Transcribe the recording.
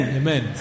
amen